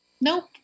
nope